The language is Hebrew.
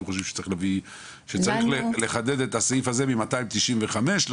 אז קשה לי להאמין שצריך בשביל זה לעשות קיצוץ רוחבי